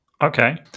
Okay